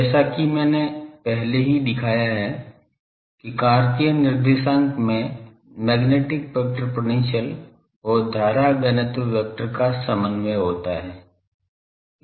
जैसा कि मैंने पहले ही दिखाया है कि कार्तीय निर्देशांक में मैग्नेटिक वेक्टर पोटेंशियल और धारा घनत्व वेक्टर का समन्वय होता है